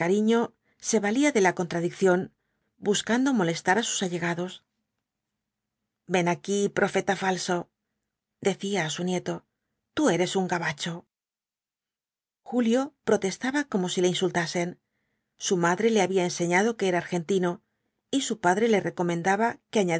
se valía de la contradicción buscando molestar á sus allegados ven aquí profeta falso decía á su nieto tú eres un gabacho julio protestaba como si le insultasen su madre le había enseñado que era argentino y su padi e le recomendaba que